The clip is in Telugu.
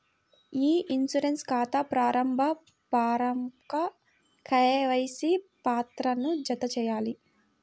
ఇ ఇన్సూరెన్స్ ఖాతా ప్రారంభ ఫారమ్కు కేవైసీ పత్రాలను జతచేయాలి